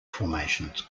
formations